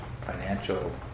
financial